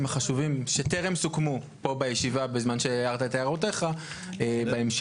החשובים שטרם סוכמו פה בישיבה בזמן שהערת את הערותיך בהמשך,